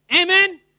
Amen